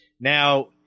Now